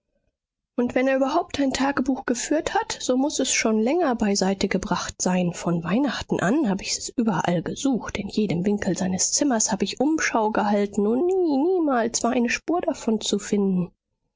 und wenn er überhaupt ein tagebuch geführt hat so muß es schon länger beiseitegebracht sein von weihnachten an hab ich es überall gesucht in jedem winkel seines zimmers hab ich umschau gehalten und nie niemals war eine spur davon zu finden